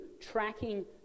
tracking